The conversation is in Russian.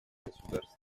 государств